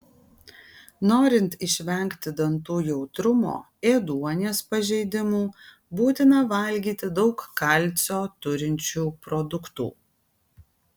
norint išvengti dantų jautrumo ėduonies pažeidimų būtina valgyti daug kalcio turinčių produktų